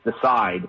decide